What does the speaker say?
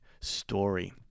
story